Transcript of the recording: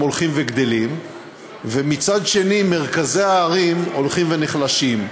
הולכים וגדלים ומצד שני מרכזי הערים הולכים ונחלשים,